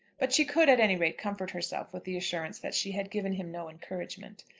but she could, at any rate, comfort herself with the assurance that she had given him no encouragement.